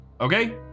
Okay